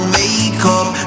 makeup